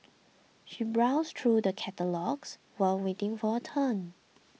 she browsed through the catalogues while waiting for her turn